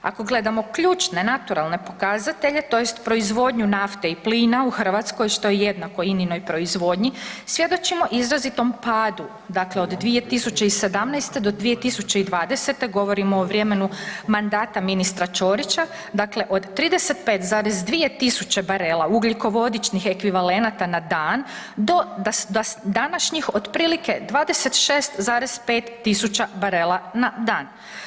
Ako gledamo ključne naturalne pokazatelje tj. proizvodnju nafte i plina u Hrvatskoj što je jednako INA-inoj proizvodnji svjedočimo izrazitom padu, dakle od 2017. do 2020. govorimo o vremenu mandata ministra Ćorića, dakle od 35,2 tisuće barela ugljikovodičnih ekvivalenata na dan do današnjih otprilike 26,5 tisuća barela na dan.